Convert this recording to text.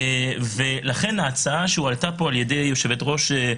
והנושא הזה הוא נושא של התמקצעות.